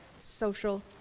social